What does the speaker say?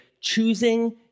Choosing